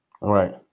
Right